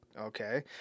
Okay